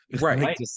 Right